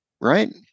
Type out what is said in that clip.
right